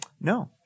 No